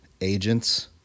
agents